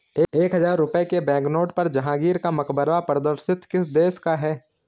एक हजार रुपये के बैंकनोट पर जहांगीर का मकबरा प्रदर्शित किस देश का है?